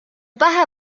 pähe